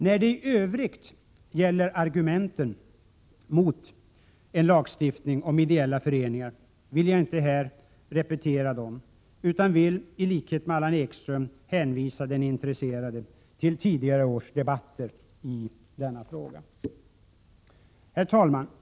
När det i övrigt gäller argumenten mot lagstiftning om ideella föreningar vill jag inte här repetera dem, utan vill i likhet med Allan Ekström hänvisa den intresserade till tidigare års debatter i denna fråga. Herr talman!